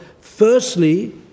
Firstly